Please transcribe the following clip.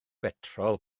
betrol